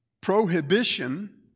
prohibition